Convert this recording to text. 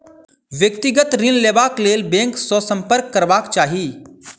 व्यक्तिगत ऋण लेबाक लेल बैंक सॅ सम्पर्क करबाक चाही